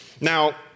Now